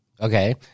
Okay